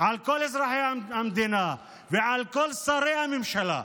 על כל אזרחי המדינה ועל כל שרי הממשלה,